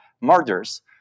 murders